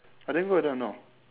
I didn't go with them no